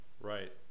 Right